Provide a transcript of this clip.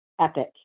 epic